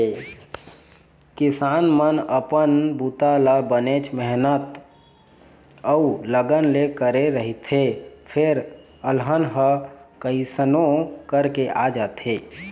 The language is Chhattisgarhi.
किसान मन अपन बूता ल बनेच मेहनत अउ लगन ले करे रहिथे फेर अलहन ह कइसनो करके आ जाथे